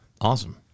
awesome